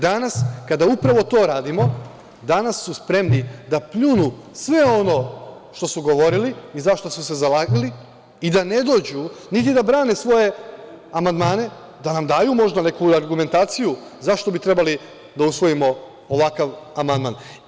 Danas, kada upravo to radimo, danas su spremni da pljunu sve ono što su govorili i za šta su se zalagali i da ne dođu, niti da brane svoje amandmane, da nam daju možda neku argumentaciju zašto bi trebali da usvojimo ovakav amandman.